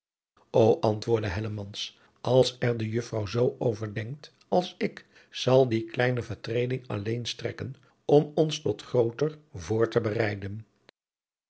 ô antwoordde hellemans als er de juffrouw zoo over denkt als ik zal die kleine vertreding alleen strekken om ons tot grooter voor te bereiden